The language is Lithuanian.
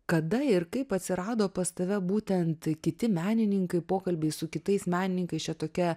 kada ir kaip atsirado pas tave būtent kiti menininkai pokalbiai su kitais menininkais čia tokia